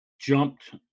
jumped